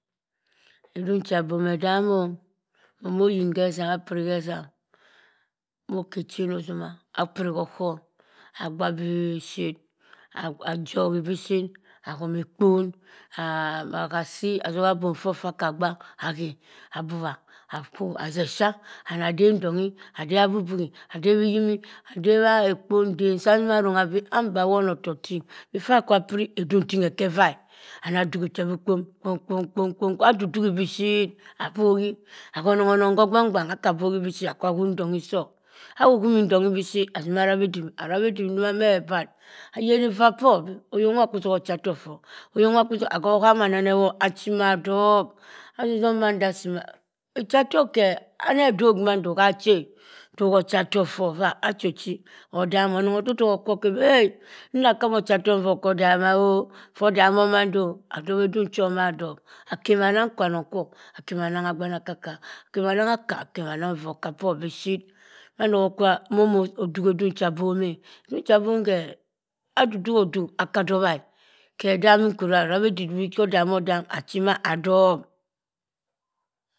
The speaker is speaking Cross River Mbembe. Edung oha bom edam oh. Momo yin khezam apiri hezam, dimoka echen ozuma. apiri kho oghom. agha bii shit ajohi bishit ahoma ekpon, agha assii azoha bom ffo fa aka gha aghe abuwa. Akwu azeh esha. ada deb ntonghi. adeb abu bughi. adeb iyimi. adeb ah ekpo ntem sa anima arongha bii amba asima wona atok ting. Before akwu piri, edung tingha eke. ffa e. Ana duhe che bii kpom kpom kpom adudughi bishit abohi aghe onong onong kha ogbang gbang. Aka bohi bishit akwa hum ntoghi soh. Ahuhumi ntongha bishit azima rabha edibihi, arabhe edibhi ndoma mah ebar ayeri vaa poh. oyok nwa kwi soha ochatok foh, oyok nwa kwi-khoham ana ewot achi maa adohb. achatok khe. amadok mando kha achi eh. dogha ochatok for iffa ada cho chi odammo. Onong odok okwop ha obi eh, haba ochatok nyaa okah odama o? Ffor damo mando o?Adobha edung cho maa adob. Akema anang kwanong kwo, akema anang agba naka ka, akema anang aka, akama anang vokah por bishit. mando wo kwo mono dugha edung cha bom e. edung cha bom khe adudu oduk, aka dobha e. khe dami nkure e. Arabhe edidibhe cha edamo dam achi maa adohb.